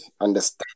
understand